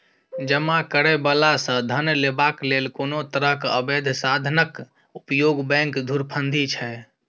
जमा करय बला सँ धन लेबाक लेल कोनो तरहक अबैध साधनक उपयोग बैंक धुरफंदी छै